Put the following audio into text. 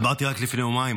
אמרתי רק לפני יומיים,